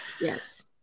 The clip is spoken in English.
Yes